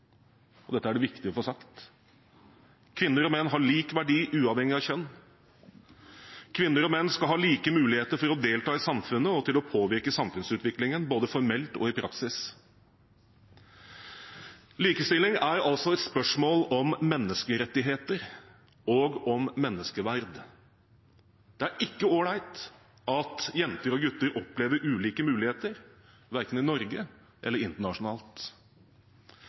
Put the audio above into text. og dette er det viktig å få sagt. Kvinner og menn har lik verdi, uavhengig av kjønn. Kvinner og menn skal ha like muligheter for å delta i samfunnet og til å påvirke samfunnsutviklingen både formelt og i praksis. Likestilling er altså et spørsmål om menneskerettigheter og om menneskeverd. Det er ikke all right at jenter og gutter opplever ulike muligheter, verken i Norge eller internasjonalt.